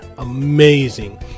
Amazing